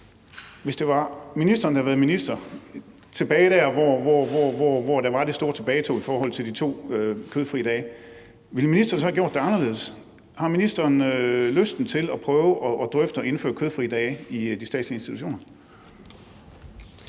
Hvis det var ministeren, der havde været minister tilbage på det tidspunkt, hvor der var det store tilbagetog i forhold til de 2 kødfrie dage, ville ministeren så have gjort det anderledes? Har ministeren lysten til at prøve at drøfte at indføre kødfrie dage i de statslige institutioner?